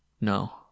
No